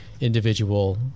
individual